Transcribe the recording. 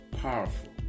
powerful